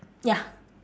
ya